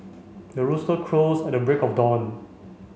the rooster crows at the break of dawn